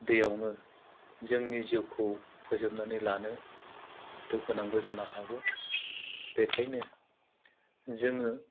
दैयावनो जोंनि जिउखौ फोजोबनानै लानो गोनांबो जानो हागौ बेखायनो जोङो